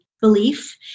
belief